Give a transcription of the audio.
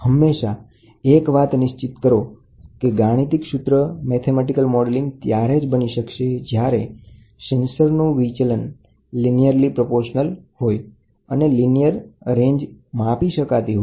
ત્યારે એક વાત નિશ્ચિત કરો કે રીસપોન્સ લિનિયર રેન્જમાં આવે કારણ ગાણિતિક સૂત્ર ત્યારે જ બની શકશે જ્યારે સેન્સરનું વિચલન રેખીય ચલાયમાન થતું હોય અને રેખીય શ્રેણી માપી શકાતી હોય